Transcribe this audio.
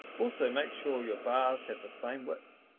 also make sure your bars have the same width.